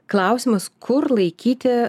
klausimas kur laikyti